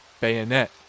Bayonet